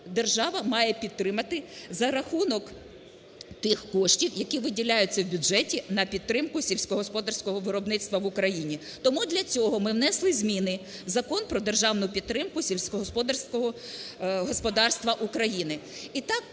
держава має підтримати за рахунок тих коштів, які виділяються в бюджеті на підтримку сільськогосподарського виробництва в Україні. Тому для цього ми внесли зміни в Закон "Про державну підтримку сільськогосподарського господарства України".